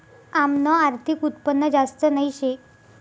आमनं आर्थिक उत्पन्न जास्त नही शे